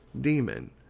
demon